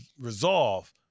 resolve